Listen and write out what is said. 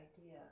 idea